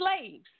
slaves